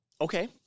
Okay